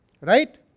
right